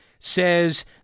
says